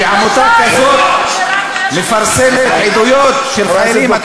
עמותה כזאת מפרסמת עדויות של חיילים,